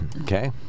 Okay